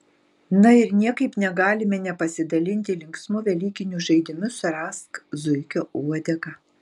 na ir niekaip negalime nepasidalinti linksmu velykiniu žaidimu surask zuikio uodegą